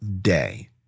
day